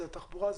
זה התחבורה,